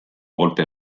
kolpe